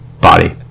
body